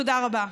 תודה רבה.